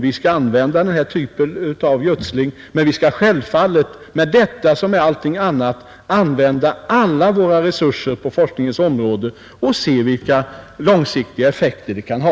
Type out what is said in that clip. Vi skall använda denna typ av gödsling, men vi skall självfallet — här liksom på andra områden — använda alla våra resurser på forskningens område för att se vilka långsiktiga effekter det kan få.